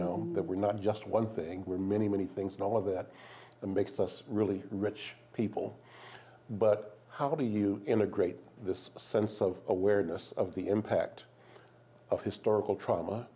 know that we're not just one thing we're many many things but all of that makes us really rich people but how do you integrate this sense of awareness of the impact of historical tr